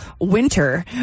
winter